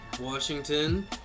Washington